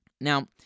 Now